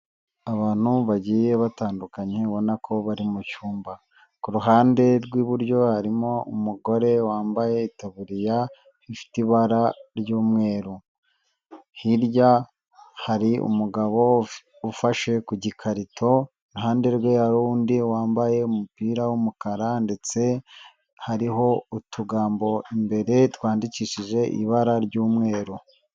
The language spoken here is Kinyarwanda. Abantu bagiye batandukanye ubona ko bari mu cyumba. Ku ruhande rw'iburyo harimo umugore wambaye itaburiya ifite ibara ry'umweru. Hirya hari umugabo ufashe ku gikarito. Iruhande rwe hari undi wambaye umupira w'umukara ndetse hariho utugambo, imbere twandikishije ibara ry'umweru.